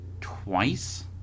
twice